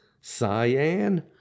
Cyan